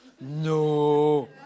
No